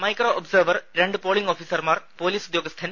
micro observer രണ്ട് polling ഓഫിസർമാർ police ഉദ്യോഗസ്ഥൻ